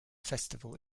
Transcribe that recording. festival